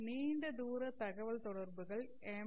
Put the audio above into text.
நீண்ட தூர தகவல் தொடர்புகள் எம்